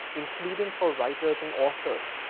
including for writers and authors,